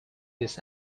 this